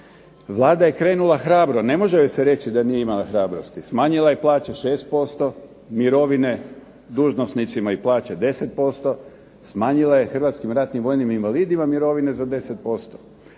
Vlada je krenula hrabro ne može joj se reći da nije imala hrabrosti. Smanjila je plaće 6%, mirovine dužnosnicima i plaće 10%, smanjila je hrvatskim ratnim vojnim invalidima mirovine za 10%.